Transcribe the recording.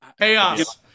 Chaos